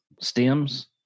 stems